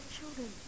children